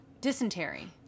dysentery